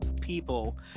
people